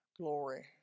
glory